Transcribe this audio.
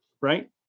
right